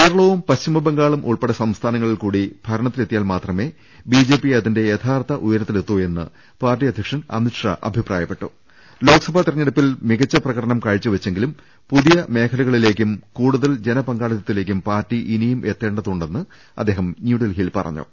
കേരളവും പശ്ചിമബംഗാളും ഉൾപ്പെടെ സംസ്ഥാനങ്ങളിൽ കൂടി ഭരണത്തിലെത്തിയാൽ മാത്രമേ ബിജെപി അതിന്റെ യഥാർത്ഥ ഉയര ത്തിൽ എത്തു എന്ന് പാർട്ടി അധ്യക്ഷൻ അമിത് ഷാ അഭിപ്രായപ്പെ ലോക്സഭാ തെരഞ്ഞെടുപ്പിൽ മികച്ച പ്രകടനം കാഴ്ച്ചവെച്ചെ ങ്കിലും പുതിയ മേഖലകളിലേക്കും കൂടുതൾ ജനപങ്കാളിത്തത്തി ലേക്കും പാർട്ടി ഇനിയും എത്തേണ്ടതുണ്ടെന്ന് അദ്ദേഹം ന്യൂഡൽഹി യിൽ പറഞ്ഞു